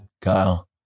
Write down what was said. Kyle